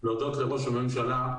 להודות לראש הממשלה,